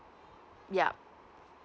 yup